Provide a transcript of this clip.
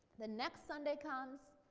the next sunday comes,